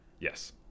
yes